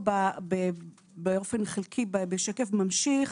באופן חלקי, בשקף ממשיך,